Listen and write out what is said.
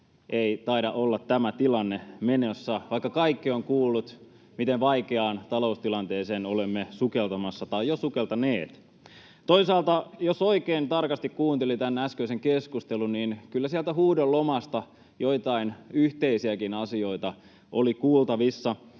ei taida olla tämä tilanne menossa, vaikka kaikki ovat kuulleet, miten vaikeaan taloustilanteeseen olemme sukeltamassa tai jo sukeltaneet. Toisaalta, jos oikein tarkasti kuuntelin tämän äskeisen keskustelun, niin kyllä sieltä huudon lomasta joitain yhteisiäkin asioita oli kuultavissa.